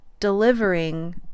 delivering